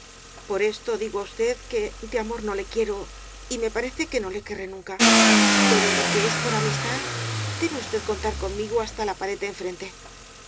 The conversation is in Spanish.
por esto digo á usted que de amor no le quiero y me parece que no le querré nunca pero lo que es por la amistad de be usted contar conmigo hasta la pared de enfrente